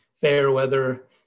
Fairweather